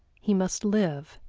he must live,